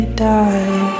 die